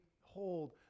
hold